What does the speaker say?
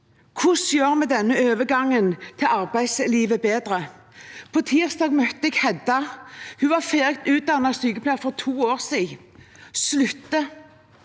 Hvordan gjør vi denne overgangen til arbeidslivet bedre? På tirsdag møtte jeg Hedda. Hun var ferdig utdannet sykepleier for to år siden – og slutter.